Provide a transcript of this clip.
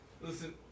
Listen